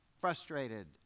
frustrated